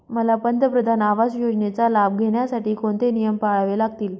मला पंतप्रधान आवास योजनेचा लाभ घेण्यासाठी कोणते नियम पाळावे लागतील?